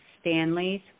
Stanleys